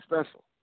special